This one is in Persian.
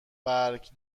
برگ